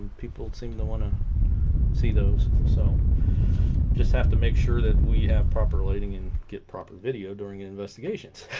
people seem to want to see those so just have to make sure that we have proper lighting and get proper video during investigations